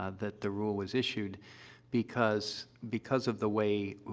ah that the rule was issued because because of the way,